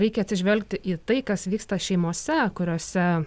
reikia atsižvelgti į tai kas vyksta šeimose kuriose